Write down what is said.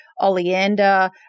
Oleander